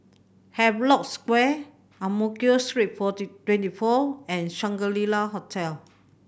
Havelock Square Ang Mo Kio Street forty twenty four and Shangri La Hotel